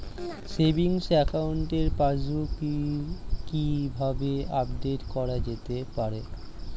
Savings একাউন্টের passbook কি কিভাবে আপডেট করা যেতে পারে?